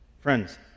Friends